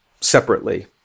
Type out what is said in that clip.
separately